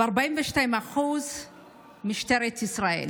42% ממשטרת ישראל.